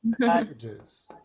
packages